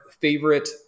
favorite